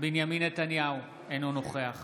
בנימין נתניהו, אינו נוכח